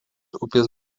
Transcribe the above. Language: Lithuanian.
upės